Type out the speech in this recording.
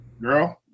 Girl